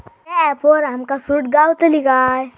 त्या ऍपवर आमका सूट गावतली काय?